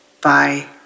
Bye